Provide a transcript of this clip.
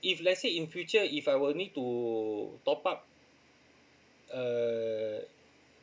if let's say in future if I will need to top up err